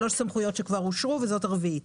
שלוש סמכויות כבר אושרו וזאת הרביעית.